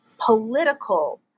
political